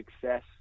success